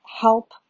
help